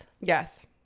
Yes